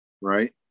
Right